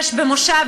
יש במושב,